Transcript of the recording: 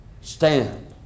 Stand